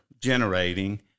generating